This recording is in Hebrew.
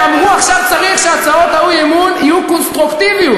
ואמרו: עכשיו צריך שהצעות האי-אמון יהיו קונסטרוקטיביות.